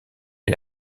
est